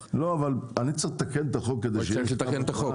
אני צריך לתקן את החוק כדי שיהיה מכתב התראה?